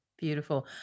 beautiful